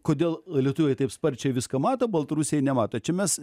kodėl lietuviai taip sparčiai viską mato baltarusiai nemato čia mes